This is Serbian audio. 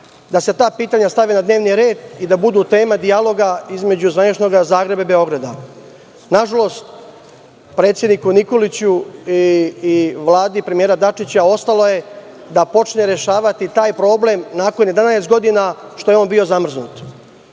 da se ta pitanja stave na dnevni red i da budu tema dijaloga između zvaničnog Zagreba i Beograda. Nažalost, predsedniku Nikoliću i Vladi premijera Dačića ostalo je da počne rešavati taj problem nakon što je bio zamrznut